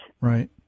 Right